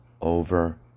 over